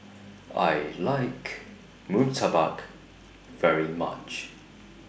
I like Murtabak very much